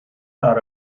are